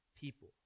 people